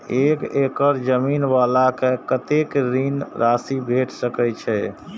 एक एकड़ जमीन वाला के कतेक ऋण राशि भेट सकै छै?